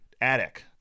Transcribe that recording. attic